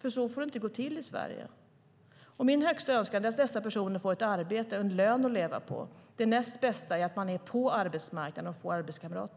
för så får det inte gå till i Sverige. Min högsta önskan är att dessa personer får ett arbete och en lön att leva på. Det näst bästa är att de är på arbetsmarknaden och får arbetskamrater.